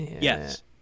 Yes